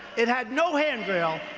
it had no handrail,